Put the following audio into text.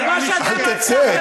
אל תצא,